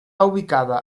ubicada